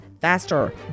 faster